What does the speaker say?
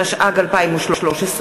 התשע"ג 2013,